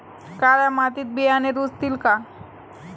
काळ्या मातीत बियाणे रुजतील का?